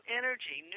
energy